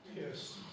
Yes